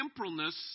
temporalness